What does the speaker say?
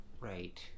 Right